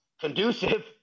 conducive